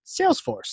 Salesforce